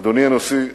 אדוני הנשיא,